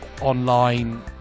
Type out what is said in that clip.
online